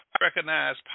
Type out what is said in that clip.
recognize